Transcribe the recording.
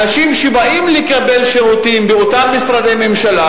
אנשים שבאים לקבל שירותים באותם משרדי ממשלה